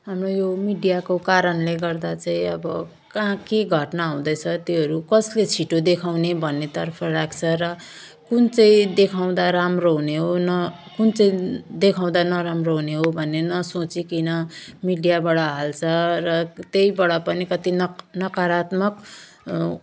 हाम्रो यो मिडियाको कारणले गर्दा चाहिँ अब कहाँ के घटना हुँदैछ त्योहरू कसले छिटो देखाउने भन्ने तर्फ राख्छ र कुन चाहिँ देखाउँदा राम्रो हुने हो न कुन चाहिँ देखाउँदा नराम्रो हुने हो भन्ने नसोचिकन मिडियाबाट हाल्छ र त्यहीँबाट पनि कत्ति नक नकारात्मक